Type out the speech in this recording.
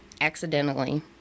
accidentally